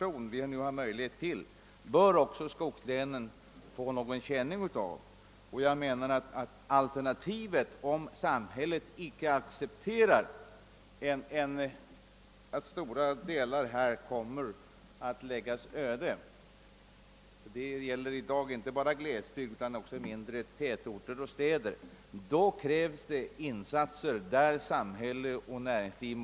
Också skogslänen bör få någon del av den expansion som vi har möjlighet till. Om samhället icke accepterar att stora delar av landet läggs öde — det gäller i dag inte bara glesbygd utan också mindre tätorter och städer — är alternativet insatser i samverkan mellan samhälle och näringsliv.